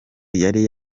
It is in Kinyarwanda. yari